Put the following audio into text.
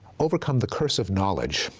overcome the curse of knowledge.